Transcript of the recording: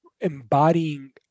embodying